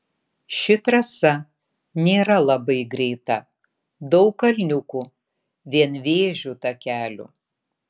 ši trasa nėra labai greita daug kalniukų vienvėžių takelių